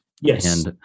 Yes